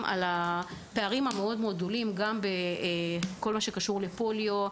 על הפערים הגדולים בכל מה שקשור בפוליו,